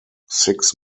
six